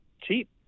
cheap